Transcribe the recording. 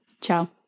Ciao